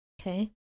Okay